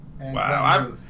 Wow